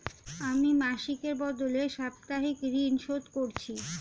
আমি মাসিকের বদলে সাপ্তাহিক ঋন শোধ করছি